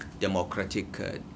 democratic